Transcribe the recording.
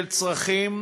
של צרכים,